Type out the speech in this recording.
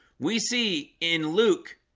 we see in luke.